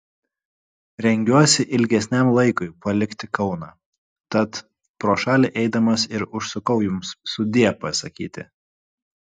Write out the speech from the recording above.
rengiuosi ilgesniam laikui palikti kauną tat pro šalį eidamas ir užsukau jums sudie pasakyti